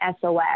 SOS